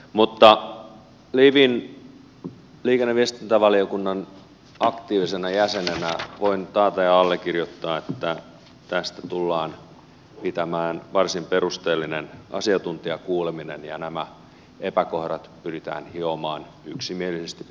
mutta livin liikenne ja viestintävaliokunnan aktiivisena jäsenenä voin taata ja allekirjoittaa että tästä tullaan pitämään varsin perusteellinen asiantuntijakuuleminen ja nämä epäkohdat pyritään hiomaan yksimielisesti pois